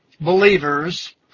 believers